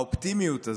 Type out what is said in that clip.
האופטימיות הזו,